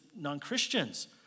non-Christians